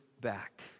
back